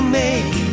make